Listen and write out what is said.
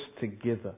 together